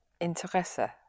Interesse